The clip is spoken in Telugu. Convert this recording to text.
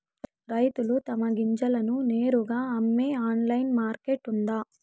రైతులు తమ గింజలను నేరుగా అమ్మే ఆన్లైన్ మార్కెట్ ఉందా?